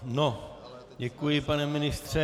No, děkuji, pane ministře.